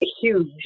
huge